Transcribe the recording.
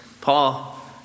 Paul